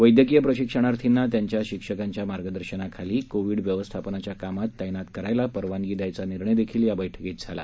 वैद्यकीय प्रशिक्षणार्थीना त्यांच्या शिक्षकांच्या मार्गदर्शनाखाली कोविड व्यवस्थापनाच्या कामात तैनात करायला परवानगी द्यायचा निर्णयही या बैठकीत झाला